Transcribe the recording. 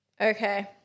okay